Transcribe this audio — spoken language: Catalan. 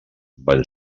van